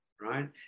right